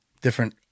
different